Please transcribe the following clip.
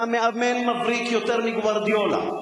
אתה מאמן מבריק יותר מגווארדיולה,